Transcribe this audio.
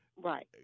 Right